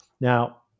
Now